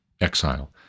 exile